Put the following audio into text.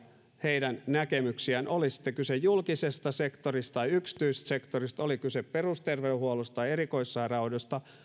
heidän näkemyksiään oli sitten kyse julkisesta sektorista tai yksityisestä sektorista oli kyse perusterveydenhuollosta tai erikoissairaanhoidosta